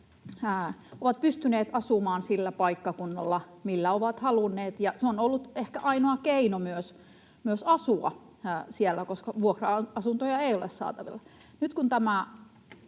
ovat pystyneet asumaan sillä paikkakunnalla, millä ovat halunneet. Se on myös ollut ehkä ainoa keino asua siellä, koska vuokra-asuntoja ei ole saatavilla.